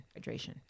hydration